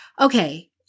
okay